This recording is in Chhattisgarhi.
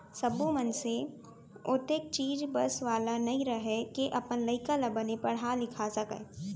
सब्बो मनसे ओतेख चीज बस वाला नइ रहय के अपन लइका ल बने पड़हा लिखा सकय